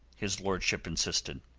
his lordship insisted.